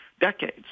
Decades